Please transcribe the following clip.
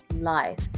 life